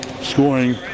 scoring